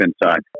inside